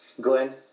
Glenn